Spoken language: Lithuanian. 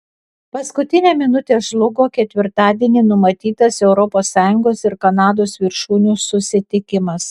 paskutinę minutę žlugo ketvirtadienį numatytas europos sąjungos ir kanados viršūnių susitikimas